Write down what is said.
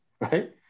right